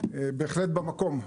בהחלט במקום.